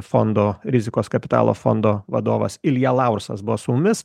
fondo rizikos kapitalo fondo vadovas ilja laursas buvo su mumis